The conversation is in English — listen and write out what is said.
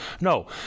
no